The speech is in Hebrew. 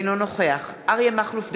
אינו נוכח אריה מכלוף דרעי,